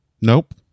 Nope